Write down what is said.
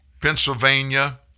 Pennsylvania